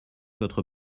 votre